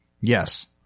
Yes